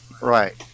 Right